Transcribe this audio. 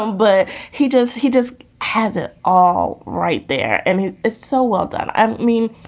um but he just he just has it all right there. and it's so well done. i mean,